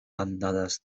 bandadas